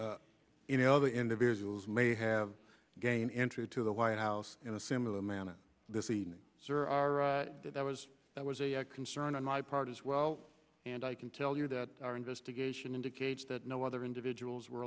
not you know other individuals may have to gain entry to the white house in a similar manner this evening sir are that was that was a concern on my part as well and i can tell you that our investigation indicates that no other individuals were